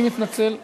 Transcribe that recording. אני מתנצל.